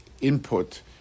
input